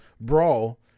brawl